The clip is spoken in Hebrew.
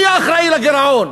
מי אחראי לגירעון.